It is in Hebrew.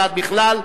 ועד בכלל,